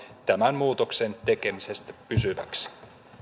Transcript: tämän muutoksen tekemistä pysyväksi